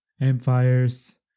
empires